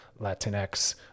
Latinx